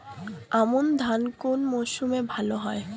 আমন ধান কোন মরশুমে ভাল হয়?